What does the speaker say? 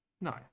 no